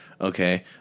Okay